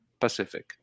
Pacific